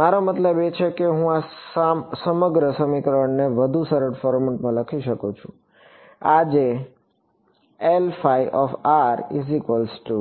મારો મતલબ કે હું આ સમગ્ર સમીકરણને વધુ સરળ ફોર્મેટમાં ફરીથી લખી શકું છું આ જે છે